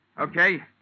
okay